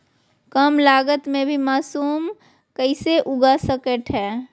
कम लगत मे भी मासूम कैसे उगा स्केट है?